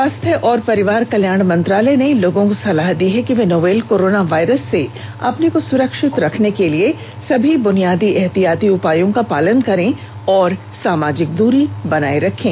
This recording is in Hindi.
स्वास्थ्य और परिवार कल्याण मंत्रालय ने लोगों को सलाह दी है कि वे नोवल कोरोना वायरस से अपने को सुरक्षित रखने के लिए सभी बुनियादी एहतियाती उपायों का पालन करें और सामाजिक दूरी बनाए रखें